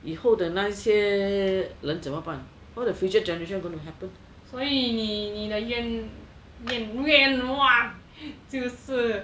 以后的那些人怎么帮 how the future generation going to happen